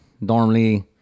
normally